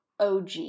OG